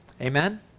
Amen